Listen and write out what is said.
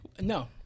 No